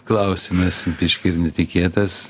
klausimas biškį ir netikėtas